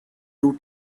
two